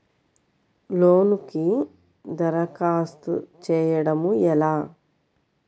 లోనుకి దరఖాస్తు చేయడము ఎలా?